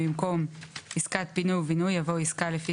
במקום "עסקת פינוי ובינוי" יבוא "עסקה לפי